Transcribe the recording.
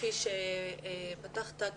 כפי שפתחת ואמרת,